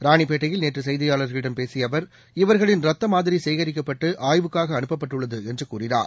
ராணிப்பேட்டையில் நேற்று செய்தியாளர்களிடம் பேசிய அவர் இவர்களின் ரத்தமாதிரி சேகரிக்கப்பட்டு ஆய்வுக்காக அனுப்பப்பட்டுள்ளது என்று கூறினார்